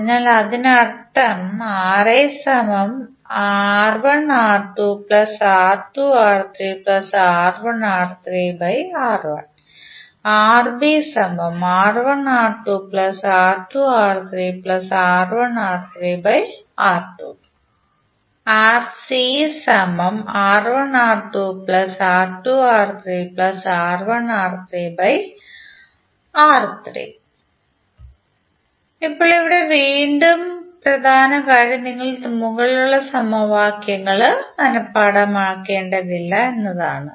അതിനാൽ അതിനർത്ഥം ഇപ്പോൾ ഇവിടെ വീണ്ടും പ്രധാന കാര്യം നിങ്ങൾ മുകളിലുള്ള സമവാക്യങ്ങൾ മനപാഠമാക്കേണ്ടതില്ല എന്നതാണ്